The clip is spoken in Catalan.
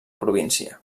província